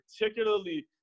particularly